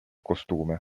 costume